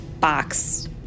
box